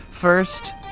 First